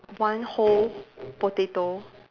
one whole potato